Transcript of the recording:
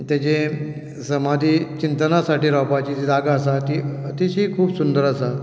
ताजी समाधी चिंतनासाठी रावपाची जी जागो आसा तीय खूब सुंदर आसा